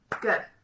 Good